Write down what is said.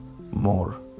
more